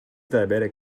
diabetic